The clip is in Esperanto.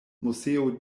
moseo